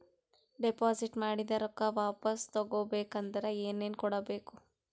Deposit ಮಾಡಿದ ರೊಕ್ಕ ವಾಪಸ್ ತಗೊಬೇಕಾದ್ರ ಏನೇನು ಕೊಡಬೇಕು?